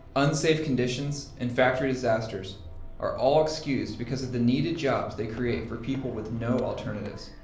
unsafe conditions, and factory disasters are all excused because of the needed jobs they create for people with no alternatives.